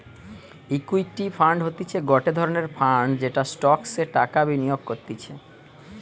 equity fund হতিছে গটে ধরণের ফান্ড যেটা স্টকসে টাকা বিনিয়োগ করতিছে